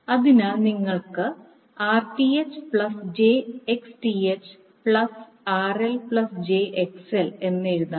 അതിനാൽ നിങ്ങൾക്ക് Rth j XTh plus RL j XL എന്ന് എഴുതാം